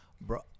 bro